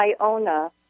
Iona